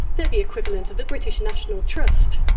they're the equivalent of the british national trust.